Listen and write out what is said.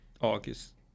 August